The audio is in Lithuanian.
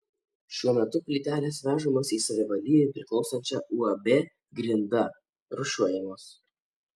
šiuo metu plytelės vežamos į savivaldybei priklausančią uab grinda rūšiuojamos